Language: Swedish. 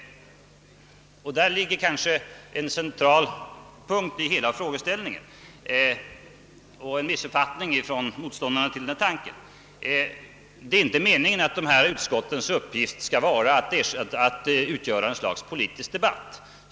Detta är kanske en central punkt i hela frågeställningen, som har missuppfattats av motståndarna till tanken. Det är inte meningen att utskottsförhören skall ersätta en politisk debatt.